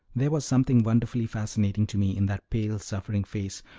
there was something wonderfully fascinating to me in that pale, suffering face,